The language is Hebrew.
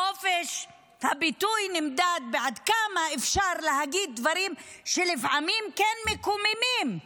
חופש הביטוי נמדד בכמה דברים אפשר להגיד שלפעמים הם כן מקוממים.